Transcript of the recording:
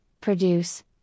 produce